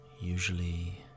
usually